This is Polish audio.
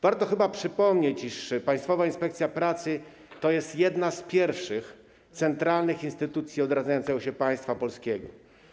Warto chyba przypomnieć, iż Państwowa Inspekcja Pracy to jest jedna z pierwszych centralnych instytucji odradzającego się państwa polskiego.